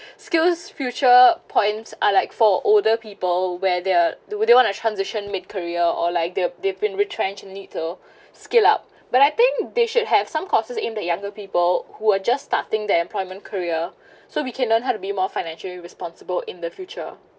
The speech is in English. skills future points are like for older people where they're do they want a transition mid career or like they've they've been retrenched and need to scale up but I think they should have some courses in the younger people who are just starting their employment career so we can learn how to be more financially responsible in the future